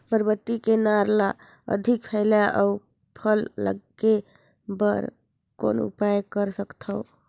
बरबट्टी के नार ल अधिक फैलाय अउ फल लागे बर कौन उपाय कर सकथव?